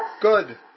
Good